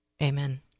Amen